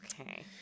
Okay